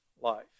life